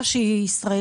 בחברה שהיא ישראלית,